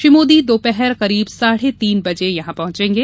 श्री मोदी दोपहर करीब साढे तीन बजे यहां पहंचेंगे